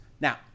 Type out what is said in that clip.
Now